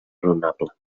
raonable